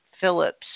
Phillips